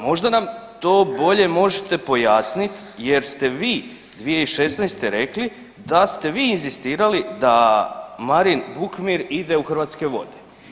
Možda nam to bolje možete pojasniti jer ste vi 2016. rekli da ste vi inzistirali da Marin Vukmir ide u Hrvatske vode.